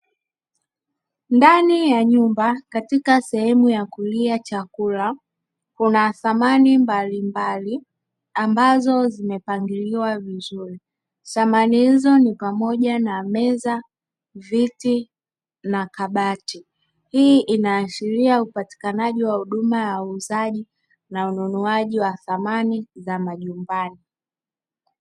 Ndani ya nyumba katika sehemu ya kulia chakula kuna samani mbalimbali ambazo zimepangiliwa vizuri; samani hizo ni pamoja na: meza, viti na kabati. Hii inaashiria upatikanaji wa huduma ya uuzaji na ununuaji wa samani za majumbani.